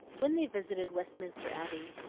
when they visited westminster abbey,